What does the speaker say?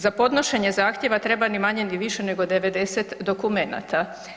Za podnošenje zahtjeva treba, ni manje ni više nego 90 dokumenata.